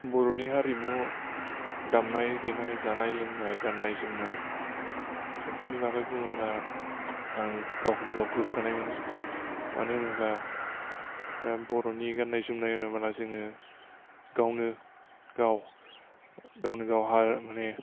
बर'नि हारिमु दामनाय देनाय जानाय लोंनाय गान्नाय जोमनाय बेफोरनि बागै बुङोब्ला आं गावखौनो गाव गोग्गानाय मोनो मानो होनोब्ला बर'नि गान्नाय जोमनाय होनोबा जोङो गावनो गाव गावनो गाव हारि मानि